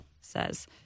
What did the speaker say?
says